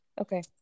Okay